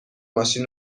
ماشین